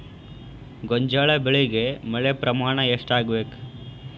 ಗೋಂಜಾಳ ಬೆಳಿಗೆ ಮಳೆ ಪ್ರಮಾಣ ಎಷ್ಟ್ ಆಗ್ಬೇಕ?